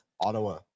Ottawa